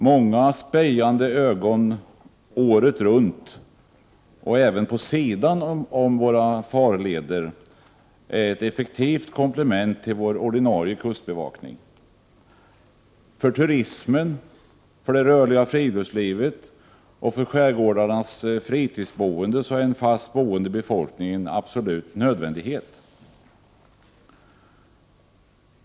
Många spejande ögon året runt och även på sidan om farlederna är ett effektivt komplement till vår ordinarie kustbevakning. För turismen, det rörliga friluftslivet och skärgårdens fritidsboende är en fast boende befolkning en absolut nödvändighet.